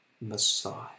Messiah